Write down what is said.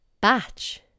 Batch